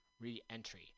re-entry